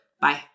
Bye